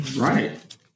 Right